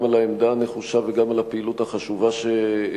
גם על העמדה הנחושה וגם על הפעילות החשובה שנעשית.